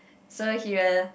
so he will